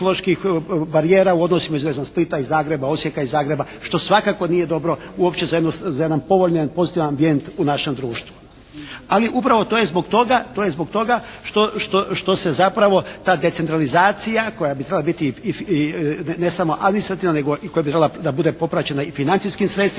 u odnosima između Splita, Zagreba, Osijeka i Zagreba što svakako nije dobro uopće za jedan povoljni, jedan pozitivan ambijent u našem društvu. Ali upravo to je zbog toga što se zapravo ta decentralizacija koja bi trebala biti ne samo administrativna i koja bi trebala da bude popraćena i financijskim sredstvima